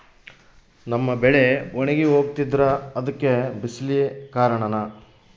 ನಮ್ಮ ಬೆಳೆ ಒಣಗಿ ಹೋಗ್ತಿದ್ರ ಅದ್ಕೆ ಬಿಸಿಲೆ ಕಾರಣನ?